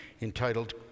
entitled